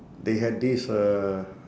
they had this uh